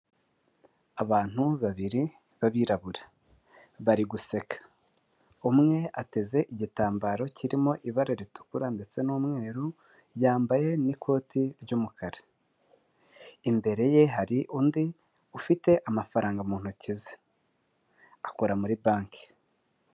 Abantu babiri b'abirabura bari guseka. Umwe ateze igitambaro kirimo ibara ritukura ndetse n'umweru, yambaye n'ikoti ry'umukara. Imbere ye hari undi ufite amafaranga mu ntoki ze. Akora muri banki.